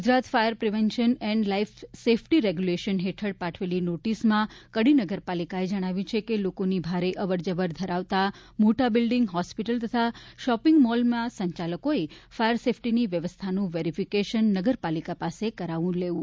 Gujarat fire prevention and life safety regulation હેઠળ પાઠવેલી નોટિસમાં કડી નગરપાલિકાએ જણાવ્યું છે કે લોકોની ભારે અવરજવર ધરાવતા મોટા બિલ્ડિંગ હોસ્પિટલ તથા શોપિંગ મોલના સંચાલકોએ ફાયર સેફટીની વ્યવસ્થાનું વેરીફિકેશન નગરપાલીકા પાસે કરાવું લેવું